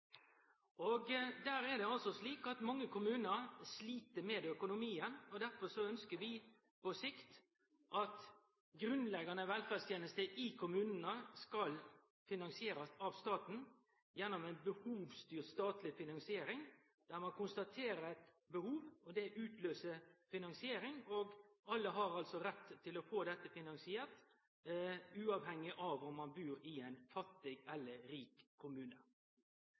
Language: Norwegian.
finansiering, der ein konstaterer eit behov, og det utløyser finansiering. Alle har altså rett til å få dette finansiert uavhengig av om ein bur i ein fattig eller rik kommune.